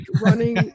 running